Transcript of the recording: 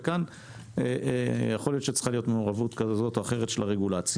וכאן יכול להיות שצריכה להיות מעורבות כזו או אחרת של הרגולציה.